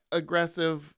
aggressive